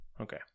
Okay